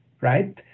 right